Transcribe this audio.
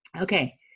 Okay